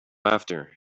after